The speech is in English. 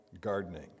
gardening